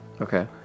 Okay